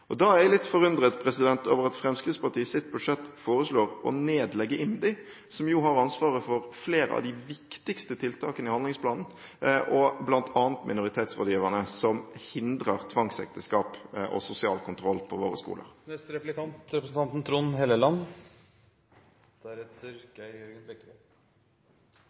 Da er jeg litt forundret over at Fremskrittspartiet i sitt budsjett foreslår å nedlegge IMDi, som jo har ansvaret for flere av de viktigste tiltakene i handlingsplanen, bl.a. minoritetsrådgiverne, som hindrer tvangsekteskap og sosial kontroll på våre skoler.